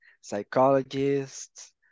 psychologists